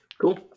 cool